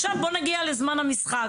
עכשיו בואו נגיע לזמן המשחק.